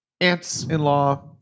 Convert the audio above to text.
Aunt's-in-law